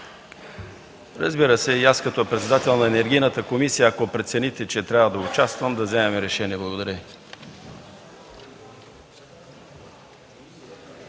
да седнем – и аз като председател на Енергийната комисия, ако прецените, че трябва да участвам – и да вземем решение. Благодаря.